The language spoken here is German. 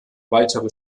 weitere